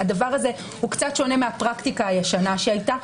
הדבר הזה קצת שונה מהפרקטיקה הישנה שהיתה.